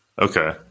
Okay